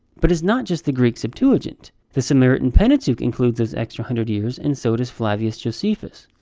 but it's not just the greek septuagint, the samaritan pentateuch includes those extra hundred years and so does flavius josephus.